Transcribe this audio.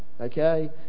Okay